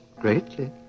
greatly